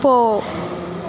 போ